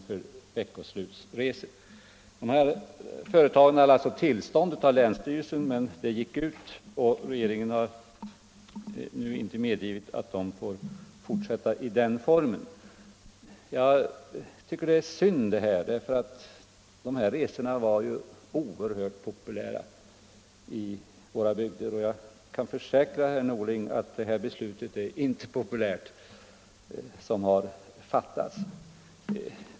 för veckoslutsresor. Företagen hade tillstånd av länsstyrelsen men det gick ut och regeringen har nu inte medgivit att de får fortsätta i den här formen. Jag tycker att det är synd, därför att de här resorna var oerhört populära i våra bygder. Jag kan försäkra herr Norling att det beslut som fattats inte är populärt.